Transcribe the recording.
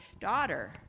daughter